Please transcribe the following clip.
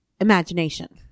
imagination